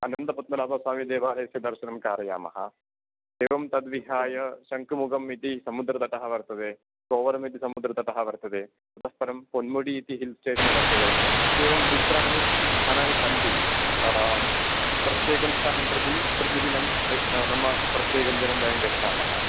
अनन्तपद्मनाभस्वामिदेवालयस्य दर्शनं कारयामः एवं तद्विहाय शङ्कुमुगम् इति समुद्रतटः वर्तते सोवरमिति समुद्रतटः वर्तते ततः परं पोन्मुडि इति हिल् स्टेशन् वर्तते इत्येवं द्वित्राणि स्थानानि सन्ति प्रत्येकं स्थानं प्रति प्रतिदिनं नाम प्रत्येकं दिनं वयं गच्छामः